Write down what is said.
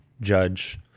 Judge